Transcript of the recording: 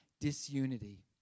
disunity